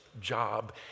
job